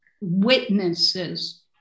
witnesses